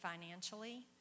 financially